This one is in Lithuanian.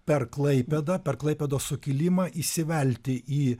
per klaipėdą per klaipėdos sukilimą įsivelti į